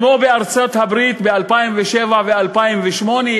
כמו בארצות-הברית ב-2007 ו-2008,